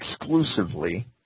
exclusively